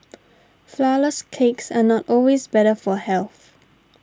Flourless Cakes are not always better for health